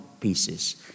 pieces